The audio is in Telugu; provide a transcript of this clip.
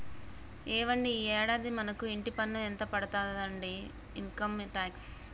ఏవండి ఈ యాడాది మనకు ఇంటి పన్ను ఎంత పడతాదండి ఇన్కమ్ టాక్స్